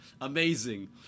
Amazing